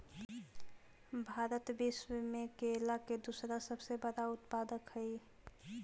भारत विश्व में केला के दूसरा सबसे बड़ा उत्पादक हई